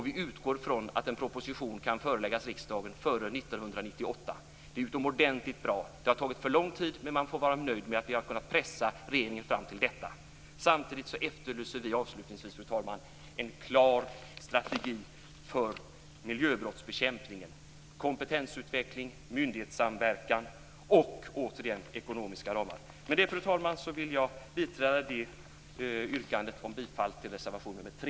Vi utgår från att en proposition kan föreläggas riksdagen före 1998 års utgång. Det vore utomordentligt bra. Det har tagit för lång tid, men vi får vara nöjda med att vi kunnat pressa regeringen fram till detta. Samtidigt efterlyser vi en klar strategi för miljöbrottsbekämpningen: kompetensutveckling, myndighetssamverkan och återigen ekonomiska ramar. Med detta, fru talman, vill jag biträda yrkandet om bifall till reservation nr 3.